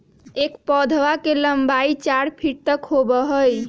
एकर पौधवा के लंबाई चार फीट तक होबा हई